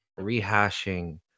rehashing